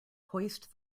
hoist